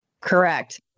Correct